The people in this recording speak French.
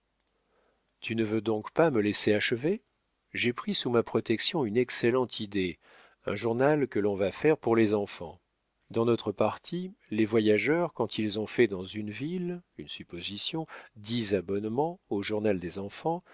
tu ne veux donc pas me laisser achever j'ai pris sous ma protection une excellente idée un journal que l'on va faire pour les enfants dans notre partie les voyageurs quand ils ont fait dans une ville une supposition dix abonnements au journal des enfants